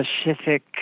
specific